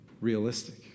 realistic